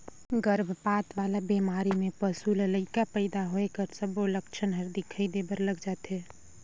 गरभपात वाला बेमारी में पसू ल लइका पइदा होए कर सबो लक्छन हर दिखई देबर लग जाथे